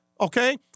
okay